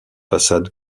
façade